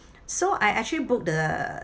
so I actually booked the